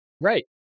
Right